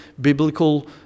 biblical